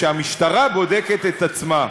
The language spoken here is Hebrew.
שהמשטרה בודקת את עצמה.